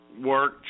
work